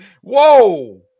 Whoa